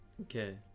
Okay